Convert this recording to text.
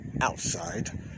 outside